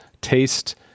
taste